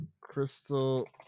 Crystal